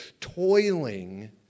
toiling